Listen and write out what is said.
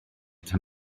tan